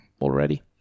already